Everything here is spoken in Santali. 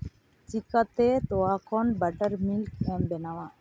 ᱪᱤᱠᱟᱹᱛᱮ ᱛᱚᱣᱟ ᱠᱷᱚᱱ ᱵᱟᱴᱟᱨ ᱢᱤᱞᱠ ᱮᱢ ᱵᱮᱱᱟᱣᱟ